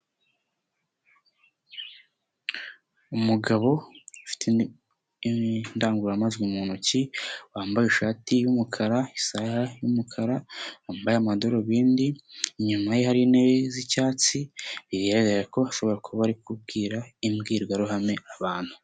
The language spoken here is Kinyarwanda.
Umugabo ufite indangururamajwi mu ntoki, wambaye ishati y'umukara isaha y'umukara yambaye amadarubindi, inyuma ye hari intebe z'icyatsi, bigaragara ko ashobora kuba ari kubwira imbwirwaruhame abantu.